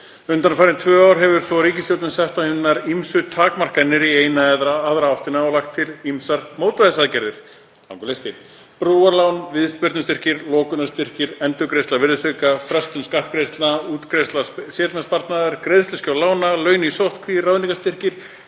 Undanfarin tvö ár hefur ríkisstjórnin sett á hinar ýmsu takmarkanir í eina eða aðra átt og lagt til ýmsar mótvægisaðgerðir. Það er langur listi: brúarlán, viðspyrnustyrkir, lokunarstyrkir, endurgreiðsla á virðisauka, frestun skattgreiðslna, útgreiðsla séreignarsparnaðar, greiðsluskjól lána, laun í sóttkví, ráðningarstyrkir,